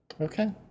Okay